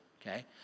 okay